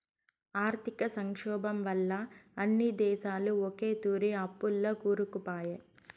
ఆర్థిక సంక్షోబం వల్ల అన్ని దేశాలు ఒకతూరే అప్పుల్ల కూరుకుపాయే